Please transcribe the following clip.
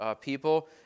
people